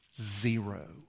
zero